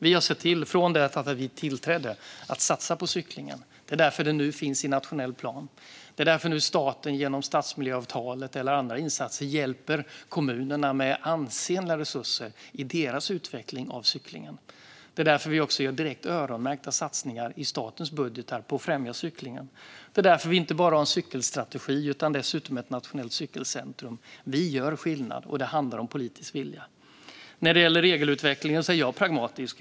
Sedan vi tillträdde har vi sett till att satsa på cyklingen. Det är därför den nu finns i nationell plan. Det är därför staten genom stadsmiljöavtalet eller andra insatser nu hjälper kommunerna med ansenliga resurser i deras utveckling av cyklingen. Det är också därför vi i statens budgetar gör direkt öronmärkta satsningar på att främja cyklingen. Det är därför vi inte bara har en cykelstrategi utan dessutom ett nationellt cykelcentrum. Vi gör skillnad, och det handlar om politisk vilja. När det gäller regelutvecklingen är jag pragmatisk.